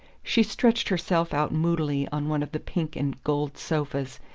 she stretched herself out moodily on one of the pink and gold sofas,